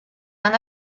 han